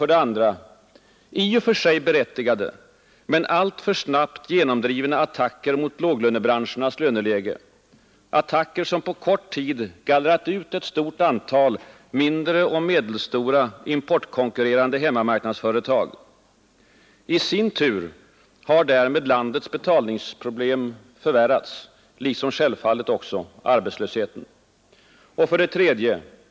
2. I och för sig berättigade, men alltför snabbt genomdrivna attacker mot låglönebranschernas löneläge, attacker som på kort tid gallrat ut ett stort antal mindre och medelstora importkonkurrerande hemmamarknadsföretag. I sin tur har därmed landets betalningsproblem förvärrats, liksom självfallet arbetslösheten. 3.